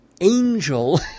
angel